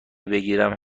بگیرم